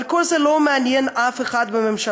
אבל כל זה לא מעניין אף אחד בממשלה,